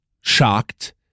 shocked